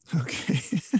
Okay